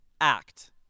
act